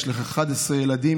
יש לך 11 ילדים,